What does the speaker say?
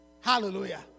Hallelujah